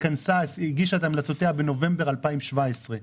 הגישה את המלצותיה בנובמבר 2017,